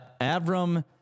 Avram